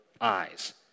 eyes